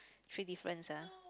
three differences ah